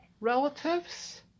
relatives